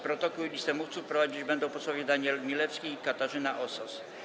Protokół i listę mówców prowadzić będą posłowie Daniel Milewski i Katarzyna Osos.